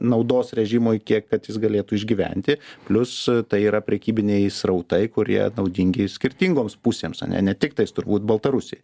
naudos režimui kiek kad jis galėtų išgyventi plius tai yra prekybiniai srautai kurie naudingi skirtingoms pusėms ane ne tiktais turbūt baltarusijai